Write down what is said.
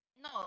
no